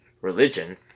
religion